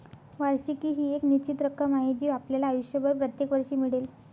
वार्षिकी ही एक निश्चित रक्कम आहे जी आपल्याला आयुष्यभर प्रत्येक वर्षी मिळेल